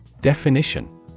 Definition